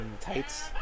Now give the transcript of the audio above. tights